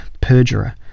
perjurer